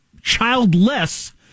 childless